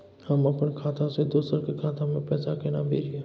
हम अपन खाता से दोसर के खाता में पैसा केना भेजिए?